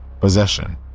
possession